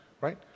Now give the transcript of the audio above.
right